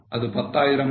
அது 10 ஆயிரமா